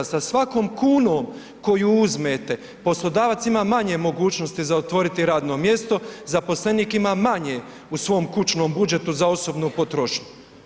Sa svakom kunom koju uzmete poslodavac ima manje mogućnosti za otvoriti radno mjesto, zaposlenik ima manje u svom kućnom budžetu za osobnu potrošnju.